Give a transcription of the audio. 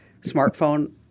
smartphone